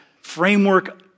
framework